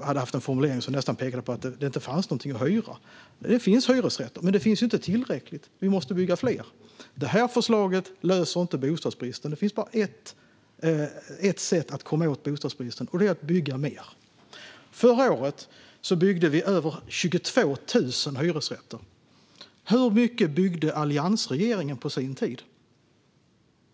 hade haft en formulering som nästan pekade på att det inte fanns någonting att hyra. Det finns hyresrätter, men det finns inte tillräckligt många. Vi måste bygga fler. Detta förslag löser inte bostadsbristen. Det finns bara ett sätt att komma åt bostadsbristen, och det är bygga mer. Förra året byggde vi över 22 000 hyresrätter. Hur mycket byggde alliansregeringen på sin tid?